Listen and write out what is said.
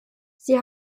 sie